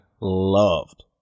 loved